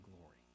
glory